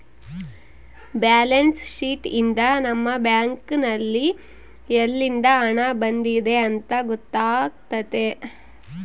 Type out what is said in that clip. balance sheet ಯಿಂದ ನಮ್ಮ bank ನಲ್ಲಿ ಯಲ್ಲಿಂದ ಹಣ ಬಂದಿದೆ ಅಂತ ಗೊತ್ತಾತತೆ